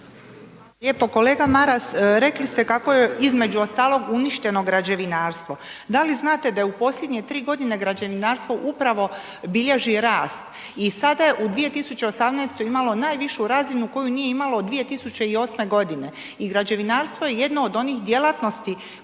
E pa kolega Maras, rekli ste kako je između ostalog uništeno građevinarstvo. Da li znate da je u posljednje 3 godine građevinarstvo upravo bilježi rast i sada je u 2018. imalo najvišu razinu koju nije imalo od 2008. godine. I građevinarstvo je jedno od onih djelatnosti